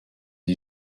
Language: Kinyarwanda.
iyi